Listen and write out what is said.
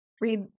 read